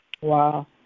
Wow